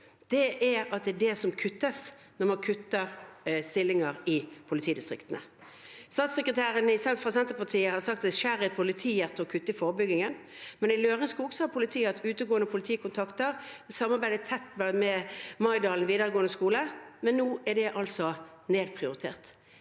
nå, er at det er det som kuttes når man kutter stillinger i politidistriktene. Statssekretæren fra Senterpartiet har sagt at det skjærer for politiet når de må kutte i forebyggingen. I Lørenskog sa politiet at utegående politikontakter samarbeidet tett med Mailand videregående skole. Nå er det nedprioritert.